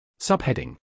Subheading